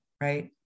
right